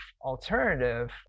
alternative